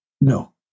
No